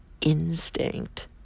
Instinct